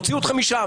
הוציאו אתכם משם.